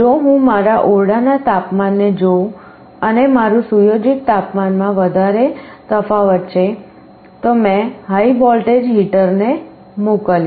જો હું મારા ઓરડાના તાપમાને જોઉં અને મારું સુયોજિત તાપમાન માં વધારે તફાવત છે તો મેં હાઇ વોલ્ટેજ હીટરને મોકલ્યો